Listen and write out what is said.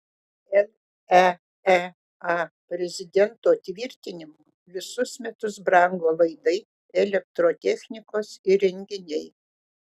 leea prezidento tvirtinimu visus metus brango laidai elektrotechnikos įrenginiai